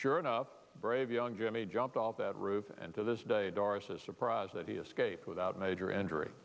sure enough brave young jimmy jumped off that roof and to this day doris is surprised that he escaped without major injury